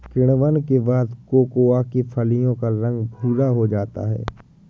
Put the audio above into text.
किण्वन के बाद कोकोआ के फलियों का रंग भुरा हो जाता है